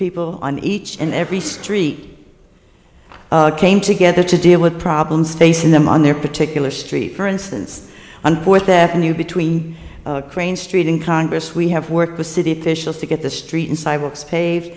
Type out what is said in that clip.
people on each and every street came together to deal with problems facing them on their particular street for instance on port their new between crane st in congress we have worked with city officials to get the street and sidewalks paved